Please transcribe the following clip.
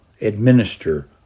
administer